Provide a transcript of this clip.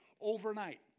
overnight